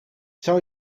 zou